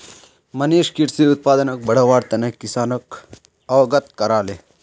मनीष कृषि उत्पादनक बढ़व्वार तने किसानोक अवगत कराले